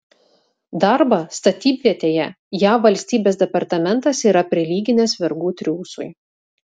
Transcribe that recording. darbą statybvietėje jav valstybės departamentas yra prilyginęs vergų triūsui